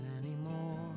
anymore